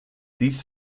dies